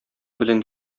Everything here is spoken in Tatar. белән